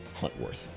Huntworth